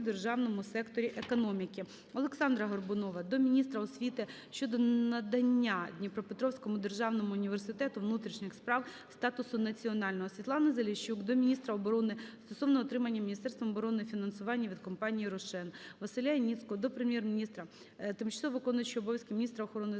Дніпропетровському державному університету внутрішніх справ статусу національного. Світлани Заліщук до міністра оборони стосовно отримання Міністерством оборони фінансування від компанії "Roshen". Василя Яніцького до Прем'єр-міністра, тимчасово виконуючої обов'язки міністра охорони